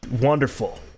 Wonderful